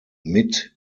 mit